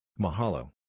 Mahalo